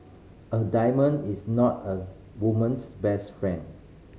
a diamond is not a woman's best friend